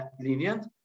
lenient